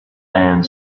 and